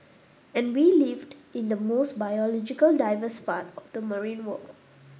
and we lived in the most biologically diverse part of the marine world